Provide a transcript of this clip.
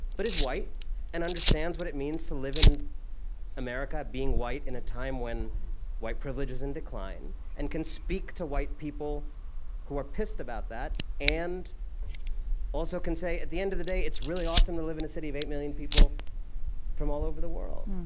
but is white and understands what it means to live in america, being white, in a time when white privilege is in decline, and can speak to white people who are pissed about that and also can say, at the end of the day, it's really awesome to live in a city of eight million people from all over the world.